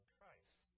Christ